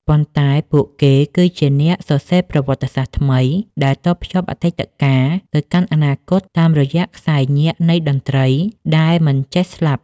ប៉ុន្តែពួកគេគឺជាអ្នកសរសេរប្រវត្តិសាស្ត្រថ្មីដែលតភ្ជាប់អតីតកាលទៅកាន់អនាគតតាមរយៈខ្សែញាក់នៃតន្ត្រីដែលមិនចេះស្លាប់។